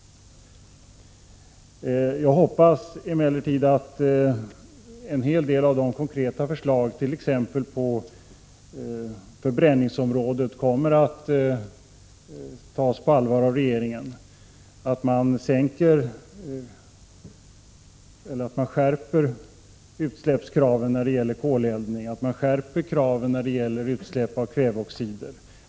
Jag hoppas emellertid att en hel del av våra konkreta förslag, t.ex. på förbränningsområdet, kommer att tas på allvar av regeringen, så att man skärper utsläppskraven när det gäller koleldning och när det gäller kväveoxider.